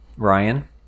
ryan